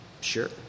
sure